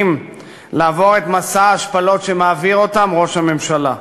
לעבור את מסע ההשפלות שמעביר אותם ראש הממשלה?